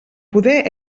poder